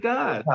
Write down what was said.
God